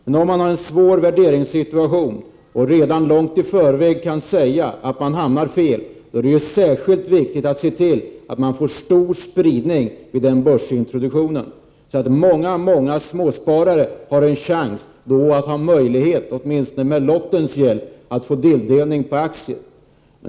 Har man en svår värderingssituation och redan långt i förväg kan säga att man hamnar fel, är det särskilt viktigt att se till att man får en stor spridning vid en börsintroduktion, så att många småsparare har chans att åtminstone med lottens hjälp att få tilldelning av aktier.